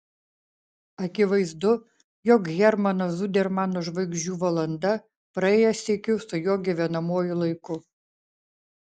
akivaizdu jog hermano zudermano žvaigždžių valanda praėjo sykiu su jo gyvenamuoju laiku